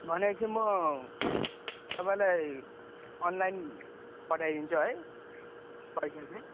भनेपछि म तपाईँलाई अनलाइन पठाइदिन्छु है पैसा चाहिँ